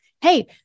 hey